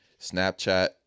Snapchat